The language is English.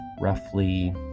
roughly